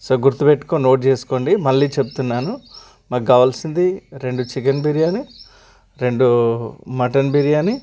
so గుర్తుపెట్టుకుని note చేసుకోండి మళ్ళీ చెప్తున్నాను మాకు కావాల్సింది రెండు చికెన్ బిర్యానీ రెండూ మటన్ బిర్యానీ